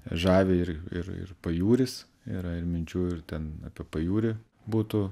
žavi ir ir ir pajūris yra ir minčių ir ten apie pajūrį būtų